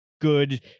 good